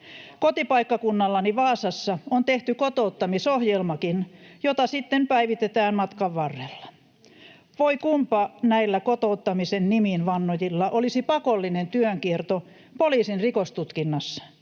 Kotipaikkakunnallani Vaasassa on tehty kotouttamisohjelmakin, jota sitten päivitetään matkan varrella. Voi kunpa näillä kotouttamisen nimiin vannojilla olisi pakollinen työnkierto poliisin rikostutkinnassa,